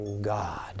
God